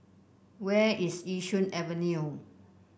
where is Yishun Avenue